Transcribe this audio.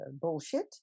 bullshit